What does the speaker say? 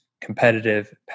competitive